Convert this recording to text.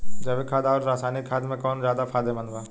जैविक खाद आउर रसायनिक खाद मे कौन ज्यादा फायदेमंद बा?